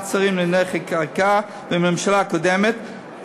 שרים לענייני חקיקה בממשלה הקודמת,